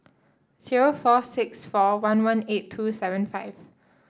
zero four six four one one eight two seven five